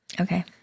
Okay